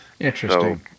Interesting